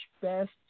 best